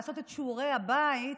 לעשות את שיעורי הבית.